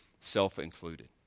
self-included